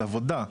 זה עבודה.